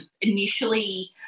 initially